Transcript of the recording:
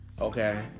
Okay